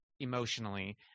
emotionally